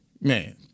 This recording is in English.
Man